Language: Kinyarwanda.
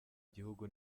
igihugu